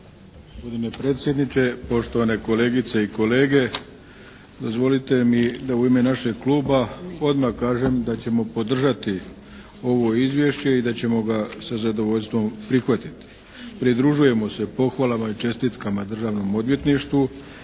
Gospodine predsjedniče, poštovane kolegice i kolege! Dozvolite mi da u ime našeg kluba odmah kažem da ćemo podržati ovo izvješće i da ćemo ga sa zadovoljstvom prihvatiti. Pridružujemo se pohvalama i čestitkama Državnom odvjetništvu